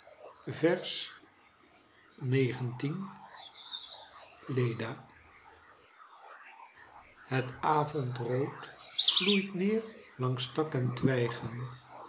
het avondrood vloeit neer langs tak en twijgen